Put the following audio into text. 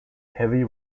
heavy